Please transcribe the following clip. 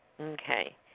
Okay